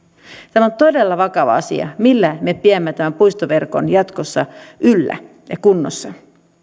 tämä on todella vakava asia millä me pidämme tämän puistoverkon jatkossa yllä ja kunnossa